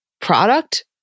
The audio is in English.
product